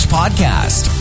podcast